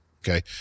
Okay